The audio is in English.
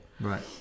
Right